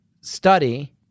study